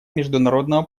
международного